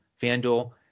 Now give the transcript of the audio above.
FanDuel